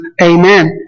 Amen